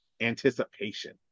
anticipation